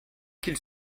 qu’il